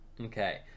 Okay